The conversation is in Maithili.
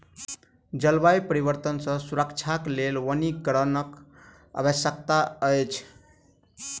जलवायु परिवर्तन सॅ सुरक्षाक लेल वनीकरणक आवश्यकता अछि